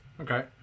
Okay